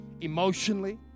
emotionally